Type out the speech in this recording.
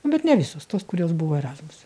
bet ne visos tos kurios buvo erazmuse